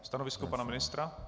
Stanovisko pana ministra?